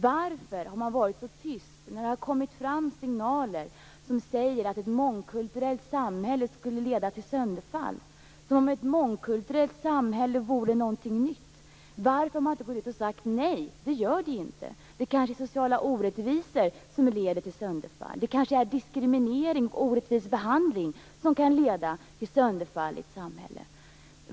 Varför har man varit så tyst när det har kommit fram signaler som säger att ett mångkulturellt samhälle skulle leda till sönderfall - som om ett mångkulturellt samhälle vore någonting nytt? Varför har man inte gått ut och sagt nej? Det gör ni inte. Det är kanske sociala orättvisor som leder till sönderfall. Det är kanske diskriminering och orättvis behandling som kan leda till sönderfall i ett samhälle.